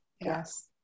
Yes